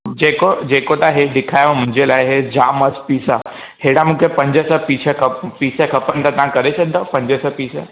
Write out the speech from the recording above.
जेको जेको तव्हां हेठि ॾेखारियो मुंहिंजे लाइ इहे जाम मस्तु पीस आहे अहिड़ा मूंखे पंज छह पीस खप पीस खपनि त तव्हां करे सघंदव पंज छह पीस